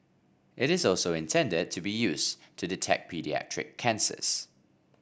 it is also intended to be used to detect paediatric cancers